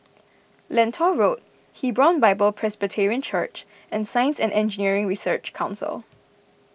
Lentor Road Hebron Bible Presbyterian Church and Science and Engineering Research Council